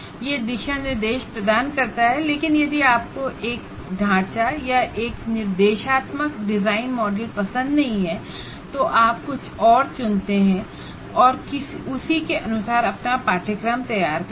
यह केवल गाइडलाइन देता है लेकिन यदि आपको एक ढांचा या एक इंस्ट्रक्शन डिजाइन मॉडल पसंद नहीं है तो आप कुछ और चुन सकते हैं और उसी के अनुसार अपना कोर्स तैयार करते हैं